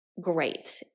great